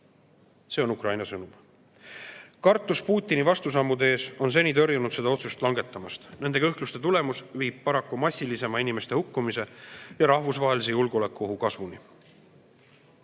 See on Ukraina sõnum. Kartus Putini vastusammude ees on seni tõrjunud seda otsust langetamast. Nende kõhkluste tulemus viib paraku massilisema inimeste hukkumise ja rahvusvahelise julgeolekuohu kasvuni.